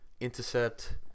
intercept